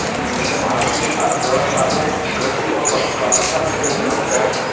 भारतीय अर्थव्यवस्था में कृषि और पशुपालन का विशेष महत्त्व है